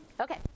Okay